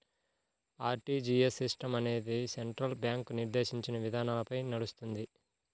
RTGS system అనేది central bank నిర్దేశించిన విధానాలపై నడుస్తుంది